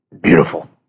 beautiful